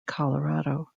colorado